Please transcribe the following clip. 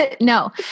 No